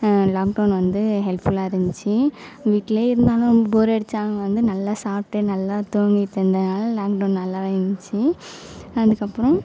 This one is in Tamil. லாக்டவுன் வந்து ஹெல்ஃபுல்லா இருந்துச்சு வீட்லேயே இருந்தாலும் வந்து போர் அடித்தாலும் வந்து நல்லா சாப்பிட்டு நல்லா தூங்கிவிட்டு இருந்ததினால லாக்டவுன் நல்லா இருந்துச்சு அதுக்கப்புறம்